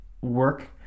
work